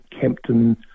Kempton